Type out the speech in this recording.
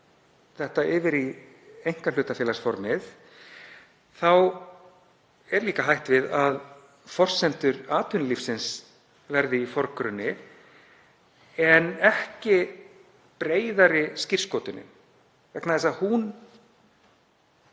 þetta yfir í einkahlutafélagsformið er líka hætt við að forsendur atvinnulífsins verði í forgrunni en ekki breiðari skírskotunin vegna þess að hún